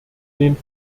den